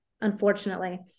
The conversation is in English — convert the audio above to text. unfortunately